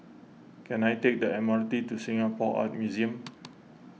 can I take the M R T to Singapore Art Museum